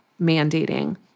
mandating